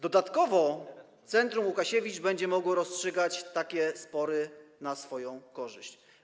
Dodatkowo Centrum Łukasiewicz będzie mogło rozstrzygać takie spory na swoją korzyść.